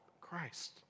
Christ